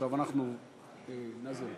אנחנו נעבור